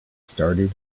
started